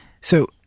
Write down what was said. So-